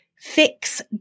fix